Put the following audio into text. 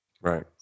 Right